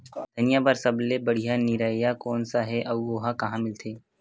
धनिया बर सब्बो ले बढ़िया निरैया कोन सा हे आऊ ओहा कहां मिलथे?